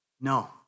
No